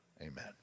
Amen